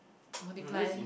multiply